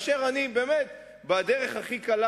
אני באמת בדרך הכי קלה,